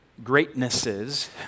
Greatnesses